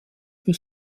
für